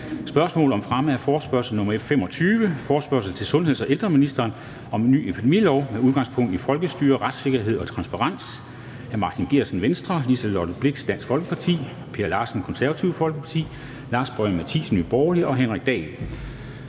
Spørgsmål om fremme af forespørgsel nr. F 25: Forespørgsel til sundheds- og ældreministeren om en ny epidemilov med udgangspunkt i folkestyre, retssikkerhed og transparens. Af Martin Geertsen (V), Liselott Blixt (DF), Per Larsen (KF), Lars Boje Mathiesen (NB) og Henrik Dahl